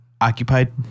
occupied